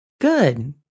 Good